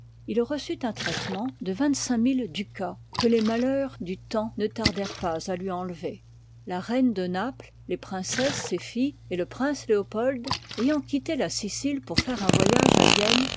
il reçut un traitement de vingt-cinq milles du cap que les malheurs du i part temps ne tardèrent pas à lui enlever la i ii reine de naples les princesses ses filles et le prince léopold ayant quitté la sicile pour faire un voyage à vienne